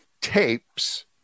tapes